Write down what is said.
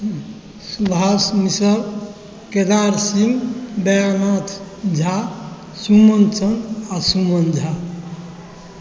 सुभाष मिसर केदार सिंह दयानाथ झा सुमन सिंह आओर सुमन झा